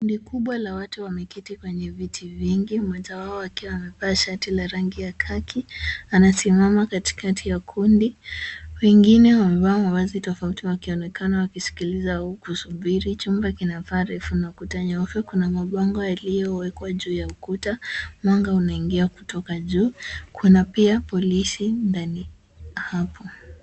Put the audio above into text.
Kundi kubwa la watu wameketi kwenye viti vingi mmoja wao akiwa amevaa shati la rangi ya kaki. Anasimama katikati ya kundi. Wengine wamevaa mavazi tofauti wakionekana wakisikiliza au kusubiri. Chumba kina paa refu na kuta nyeupe. Kuna mabango yaliyowekwa juu ya ukuta. Mwanga unaingia kutoka juu. Kuna pia polisi ndani hapo.